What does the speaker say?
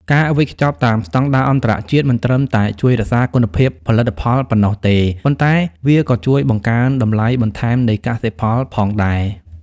ការវេចខ្ចប់តាមស្ដង់ដារអន្តរជាតិ មិនត្រឹមតែជួយរក្សាគុណភាពផលិតផលប៉ុណ្ណោះទេ ប៉ុន្តែវាក៏ជួយបង្កើនតម្លៃបន្ថែមនៃកសិផលផងដែរ។